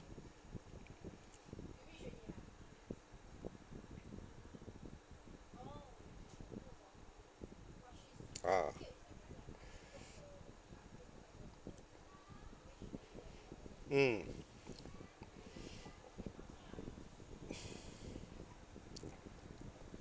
ah mm